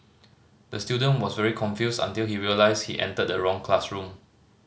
the student was very confused until he realised he entered the wrong classroom